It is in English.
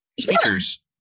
features